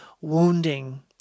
wounding